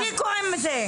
לא נכון.